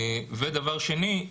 דבר שני,